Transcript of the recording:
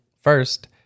First